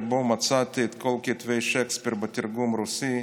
בו מצאתי את כל כתבי שייקספיר בתרגום רוסי,